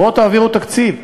בואו תעבירו תקציב.